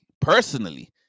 personally